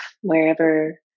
wherever